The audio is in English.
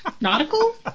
nautical